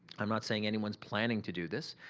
i'm not saying anyone's planning to do this,